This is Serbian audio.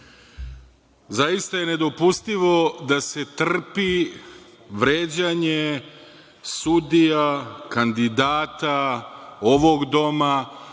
kraja. Zaista je nedopustivo da se trpi vređanje sudija kandidata ovog doma